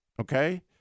okay